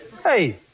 Hey